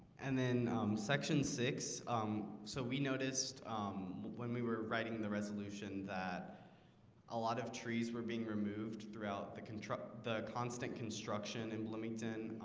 and then section six um so we noticed when we were writing the resolution that a lot of trees were being removed throughout the control the constant construction in bloomington,